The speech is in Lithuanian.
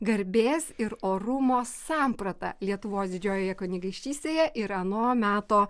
garbės ir orumo samprata lietuvos didžiojoje kunigaikštystėje ir ano meto